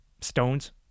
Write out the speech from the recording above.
stones